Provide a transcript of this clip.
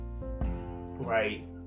Right